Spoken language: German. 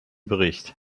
bericht